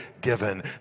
given